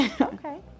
okay